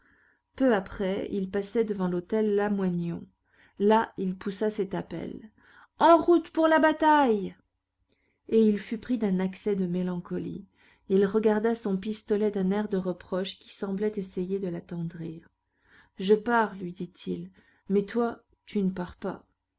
peu après il passait devant l'hôtel lamoignon là il poussa cet appel en route pour la bataille et il fut pris d'un accès de mélancolie il regarda son pistolet d'un air de reproche qui semblait essayer de l'attendrir je pars lui dit-il mais toi tu ne pars pas